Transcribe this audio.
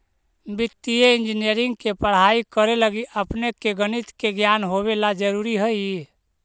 वित्तीय इंजीनियरिंग के पढ़ाई करे लगी अपने के गणित के ज्ञान होवे ला जरूरी हई